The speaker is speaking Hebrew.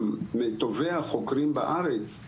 מטובי החוקרים בארץ,